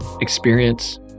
experience